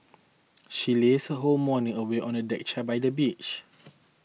she lazed her whole morning away on a deck chair by the beach